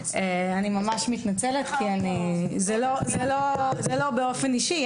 אני ממש מתנצלת, זה לא באופן אישי.